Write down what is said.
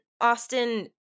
Austin